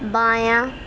بایاں